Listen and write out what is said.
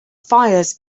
fires